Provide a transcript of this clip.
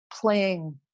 playing